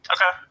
Okay